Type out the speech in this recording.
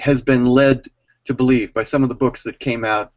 has been led to believe by some of the books that came out